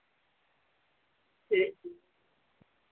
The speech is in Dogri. ए